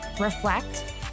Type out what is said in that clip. reflect